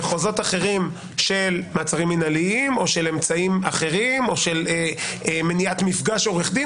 של אמצעים אחרים או של מניעת מפגש עורך דין